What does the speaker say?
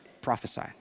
prophesy